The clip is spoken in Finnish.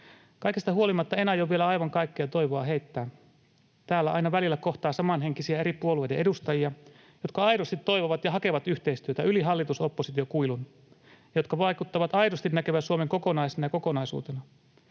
Kaikesta huolimatta en aio vielä aivan kaikkea toivoa heittää. Täällä aina välillä kohtaa samanhenkisiä eri puolueiden edustajia, jotka aidosti toivovat ja hakevat yhteistyötä yli hallitus—oppositio-kuilun ja jotka vaikuttavat aidosti näkevän Suomen kokonaisena kokonaisuutena.